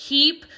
Keep